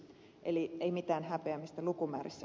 eli ei mitään häpeämistä lukumäärissä